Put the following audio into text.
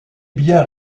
bien